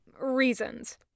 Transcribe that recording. reasons